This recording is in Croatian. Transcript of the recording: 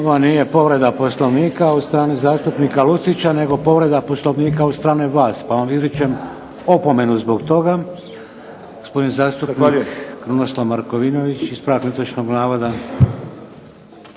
Ovo nije povreda Poslovnika od strane zastupnika Lucića, nego povreda Poslovnika od strane vas, pa vam izričem opomenu zbog toga. Gospodin zastupnik Krunoslav Markovinović, ispravak netočnog navoda.